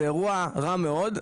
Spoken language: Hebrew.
זה אירוע רע מאוד,